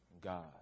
God